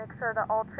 her or